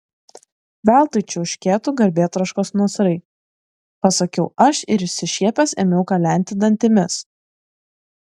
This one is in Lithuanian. veltui čiauškėtų garbėtroškos nasrai pasakiau aš ir išsišiepęs ėmiau kalenti dantimis